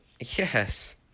Yes